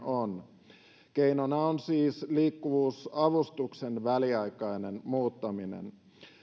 on keinona on siis liikkuvuusavustuksen väliaikainen muuttaminen